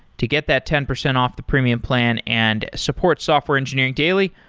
to get that ten percent off the premium plan and support software engineering daily,